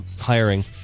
hiring